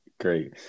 Great